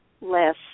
less